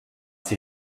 sie